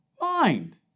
mind